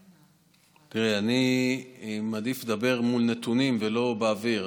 תראה, אני מעדיף לדבר מול נתונים ולא באוויר.